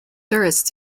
tourist